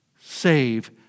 save